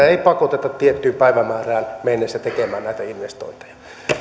ei pakoteta tiettyyn päivämäärään mennessä tekemään näitä investointeja